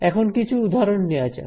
এখন কিছু উদাহরণ নেওয়া যাক